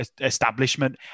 establishment